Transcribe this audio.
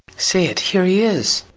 say it, here he is!